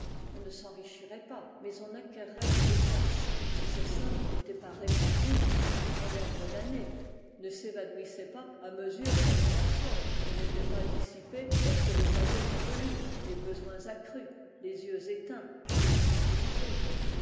on ne s'enrichirait pas mais on acquerrait de l'aisance si ces sommes n'étaient pas répandues sur un grand nombre d'années ne s'évanouissaient pas à mesure qu'on les perçoit et n'étaient pas dissipées lorsque les années sont venues les besoins accrus les yeux éteints et l'esprit